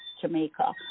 Jamaica